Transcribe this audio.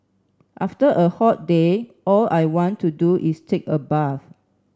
after a hot day all I want to do is take a bath